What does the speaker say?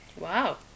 Wow